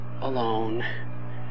alone